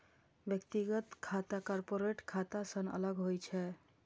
व्यक्तिगत खाता कॉरपोरेट खाता सं अलग होइ छै